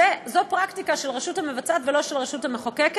זאת פרקטיקה של הרשות המבצעת ולא של הרשות המחוקקת,